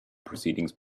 proceedings